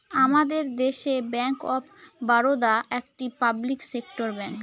আমাদের দেশে bank of Baroda একটি পাবলিক সেক্টর ব্যাঙ্ক